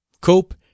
Cope